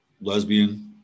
lesbian